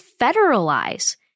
federalize